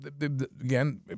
again